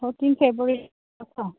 fourteen ꯐꯦꯕ꯭ꯋꯥꯔꯤꯗꯀꯣ